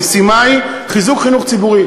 המשימה היא חיזוק החינוך הציבורי.